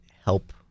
help